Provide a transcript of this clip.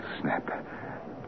snap